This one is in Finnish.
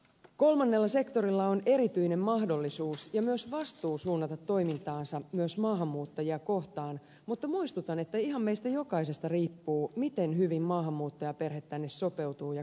kolmannella sektorilla on erityinen mahdollisuus ja myös vastuu suunnata toimintaansa myös maahanmuuttajia kohtaan mutta muistutan että ihan meistä jokaisesta riippuu miten hyvin maahanmuuttajaperhe tänne sopeutuu ja kotoutuu